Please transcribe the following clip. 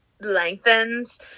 lengthens